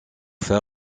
faire